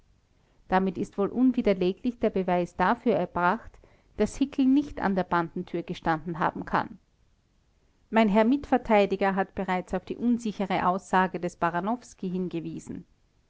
damit ist wohl unwiderleglich der beweis dafür erbracht daß hickel nicht an der bandentür gestanden haben kann mein herr mitverteidiger hat bereits auf die unsichere aussage des baranowski hingewiesen